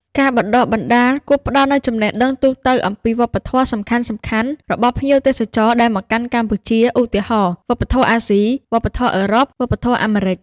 ការបណ្តុះបណ្តាលគួរផ្តល់នូវចំណេះដឹងទូទៅអំពីវប្បធម៌សំខាន់ៗរបស់ភ្ញៀវទេសចរដែលមកកាន់កម្ពុជា ឧទាហរណ៍ វប្បធម៌អាស៊ី វប្បធម៌អឺរ៉ុប វប្បធម៌អាមេរិក។